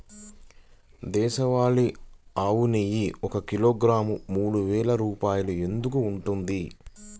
దేశవాళీ ఆవు నెయ్యి ఒక కిలోగ్రాము మూడు వేలు రూపాయలు ఎందుకు ఉంటుంది?